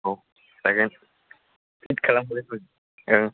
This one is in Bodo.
औ जागोन फिट खालामग्रोगोन औ